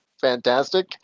fantastic